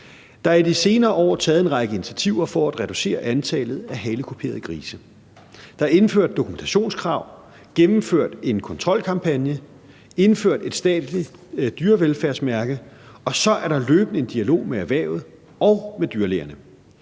Der er i de senere år taget en række initiativer for at reducere antallet af halekuperede grise. Der er indført dokumentationskrav, gennemført en kontrolkampagne, indført et statsligt dyrevelfærdsmærke, og så er der løbende en dialog med erhvervet og med dyrlægerne.